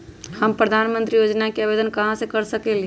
हम प्रधानमंत्री योजना के आवेदन कहा से कर सकेली?